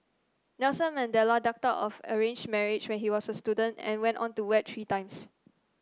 Nelson Mandela ducked out of an arranged marriage when he was a student and went on to wed three times